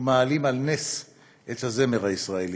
ומעלים על נס את הזמר הישראלי.